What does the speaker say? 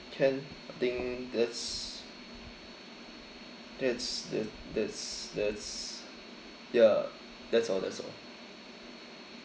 can I think that's that's the that's that's ya that's all that's all